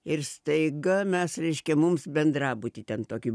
ir staiga mes reiškia mums bendrabutį ten tokį